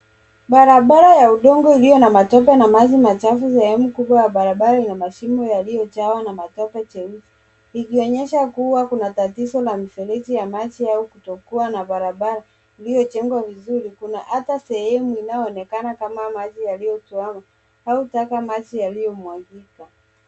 Barabara ya udongo iliyo na matope na maji machafu. Sehemu kubwa ya barabara ina mashimo yaliyojawa na matope jeusi, likionyesha kuwa kuna tatizo la mfereji ya maji au kutokuwa na barabara iliyojengwa vizuri. Kuna hata sehemu inayooekama kama maji yaliyotuama au taka maji yaliyomwagika.